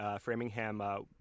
Framingham